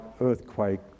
earthquake